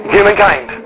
Humankind